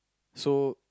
so